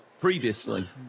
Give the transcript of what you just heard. previously